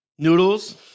Noodles